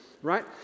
right